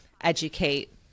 educate